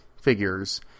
figures